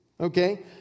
okay